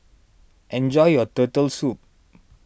enjoy your Turtle Soup